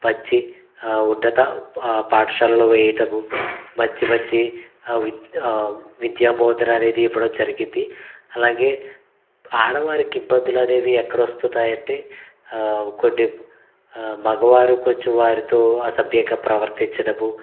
మంచి ఉన్నత పాఠశాలలో వేయడము మంచి మంచి విద్యా బోధనను ఇవ్వడం జరిగింది అలాగే ఆడవారికి ఇబ్బందులు అనేవి ఎక్కడ వస్తున్నాయి అంటే కొన్ని మగవారు కొంచెం వారితో అసభ్యంగా ప్రవర్తించడము